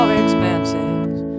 expenses